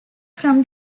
from